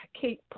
Kate